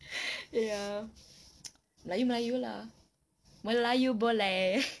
ya melayu melayu lah melayu boleh